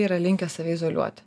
yra linkęs save izoliuoti